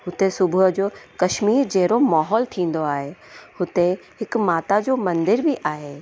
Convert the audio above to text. हुते सुबुह जो कश्मीर जहिड़ो माहौल थींदो आहे हुते हिक माता जो मंदर बि आहे